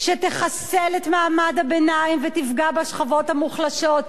שתחסל את מעמד הביניים ותפגע בשכבות המוחלשות.